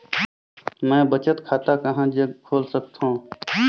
मैं बचत खाता कहां जग खोल सकत हों?